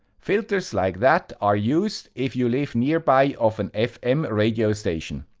filters like that are used if you live nearby of an fm radio station.